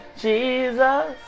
Jesus